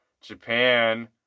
Japan